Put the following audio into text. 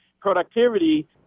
productivity